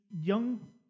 young